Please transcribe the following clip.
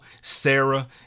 Sarah